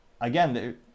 again